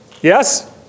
Yes